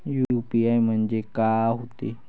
UPI म्हणजे का होते?